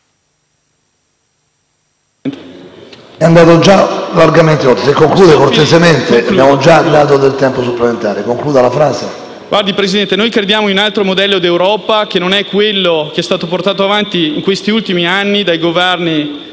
Signor Presidente, crediamo in un altro modello d'Europa, che non è quello che è stato portato avanti in questi ultimi anni dai Governi